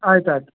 ಆಯ್ತು ಆಯಿತು